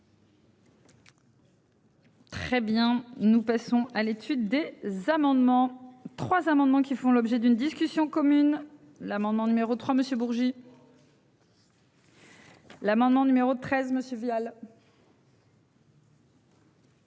Très bien. Nous passons à l'étude des amendements. Trois amendements qui font l'objet d'une discussion commune. L'amendement numéro 3 Monsieur Bourgi. L'amendement numéro 13 Monsieur